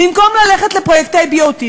במקום ללכת לפרויקטי BOT,